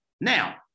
Now